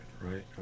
right